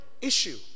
issue